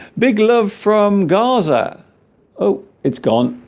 big love from gaza oh it's gone